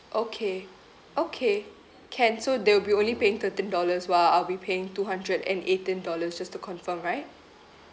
okay okay can so they'll be only paying thirteen dollars while I'll be paying two hundred and eighteen dollars just to confirm right